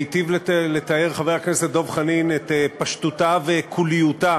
היטיב לתאר חבר הכנסת דב חנין את פשטותה וכוליותה